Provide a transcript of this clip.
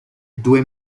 due